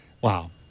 wow